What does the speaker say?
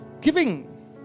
Giving